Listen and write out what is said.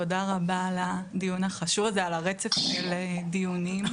תודה רבה על הדיון החשוב הזה, על הרצף של דיונים,